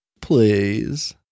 Please